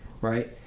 right